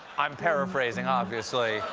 i'm paraphrasing, obviously